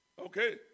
Okay